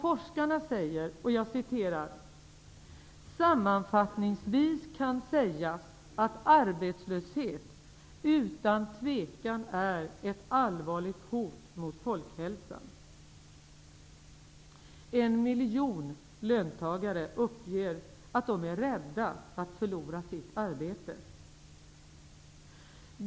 Forskarna säger: ''Sammanfattningsvis kan sägas att arbetslöshet utan tvekan är ett allvarligt hot mot folkhälsan.'' En miljon löntagare uppger att de är rädda att förlora sitt arbete.